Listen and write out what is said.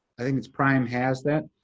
i think it's prime has that.